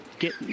get